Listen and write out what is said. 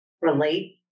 relate